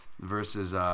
versus